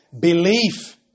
Belief